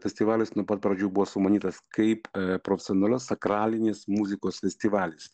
festivalis nuo pat pradžių buvo sumanytas kaip profesionalios sakralinės muzikos festivalis